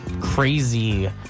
crazy